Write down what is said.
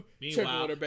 Meanwhile